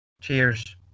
Cheers